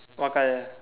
what color